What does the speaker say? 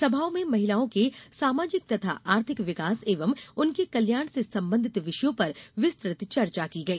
सभाओं में महिलाओं के सामाजिक तथा आर्थिक विकास एवं उनके कल्याण से संबंधित विषयों पर विस्तृत चर्चा की गई